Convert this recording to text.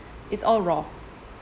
is all raw